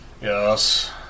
yes